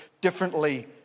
differently